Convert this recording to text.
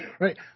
Right